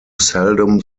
seldom